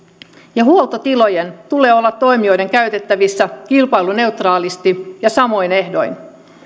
ja huoltotilojen tulee olla toimijoiden käytettävissä kilpailuneutraalisti ja samoin ehdoin